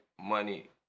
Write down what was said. money